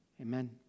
Amen